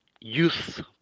youth